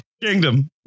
kingdom